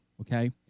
okay